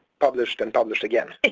published and published again.